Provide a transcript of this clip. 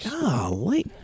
Golly